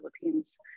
Philippines